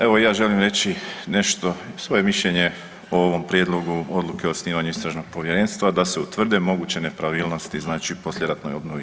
Evo i ja želim reći nešto svoje mišljenje o ovom prijedlogu odluke o osnivanju istražnog povjerenstva da se utvrde moguće nepravilnosti u poslijeratnoj obnovi